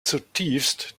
zutiefst